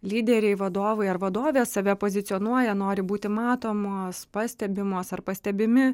lyderiai vadovai ar vadovės save pozicionuoja nori būti matomos pastebimos ar pastebimi